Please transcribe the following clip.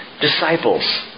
disciples